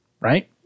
Right